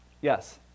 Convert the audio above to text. Yes